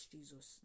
Jesus